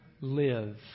live